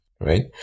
right